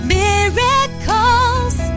miracles